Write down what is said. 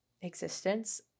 existence